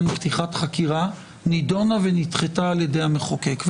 פתיחת חקירה נידונה ונדחתה על ידי המחוקק.